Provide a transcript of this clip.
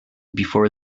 before